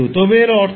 তবে এর অর্থ কি